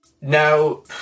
Now